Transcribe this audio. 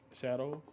Shadows